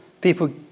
People